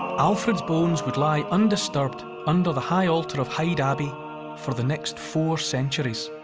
alfred's bones would lie undisturbed under the high altar of hyde abbey for the next four centuries.